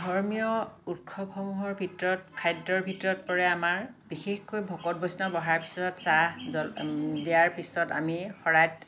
ধৰ্মীয় উৎসৱসমূহৰ ভিতৰত খাদ্যৰ ভিতৰত পৰে আমাৰ বিশেষকৈ ভকত বৈষ্ণৱ অহাৰ পিছত চাহ জলপান দিয়াৰ পিছত আমি শৰাইত